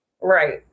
Right